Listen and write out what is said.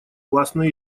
властной